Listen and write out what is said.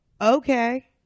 okay